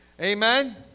Amen